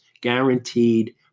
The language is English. guaranteed